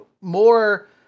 more